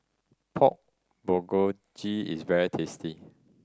Pork Bulgogi is very tasty